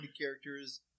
characters